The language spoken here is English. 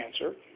cancer